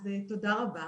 אז תודה רבה.